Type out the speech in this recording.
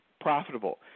profitable